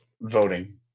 Voting